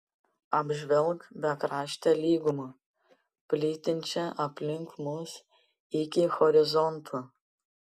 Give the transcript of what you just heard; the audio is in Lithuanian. apžvelk bekraštę lygumą plytinčią aplink mus iki horizonto